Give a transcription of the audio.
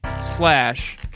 slash